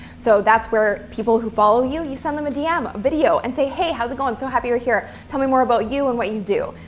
so that's where, people who follow you, you send them a dm video and say, hey, how's it going? so happy you're here. tell me more about you and what you do.